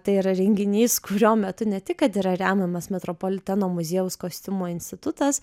tai yra renginys kurio metu ne tik kad yra remiamas metropoliteno muziejaus kostiumų institutas